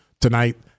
tonight